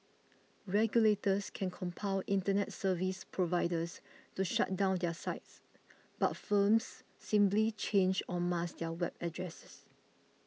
regulators can compel Internet service providers to shut down their sites but firms simply change or mask their web addresses